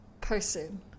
person